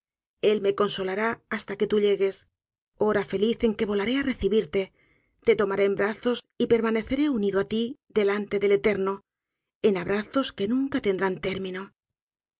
él me consolará hasta que tú llegues hora feliz en que volaré á recibirte te tomaré en brazos y permaneceré unido á ti delante del eterno en abrazos que nunca tendrán término